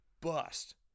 bust